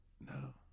No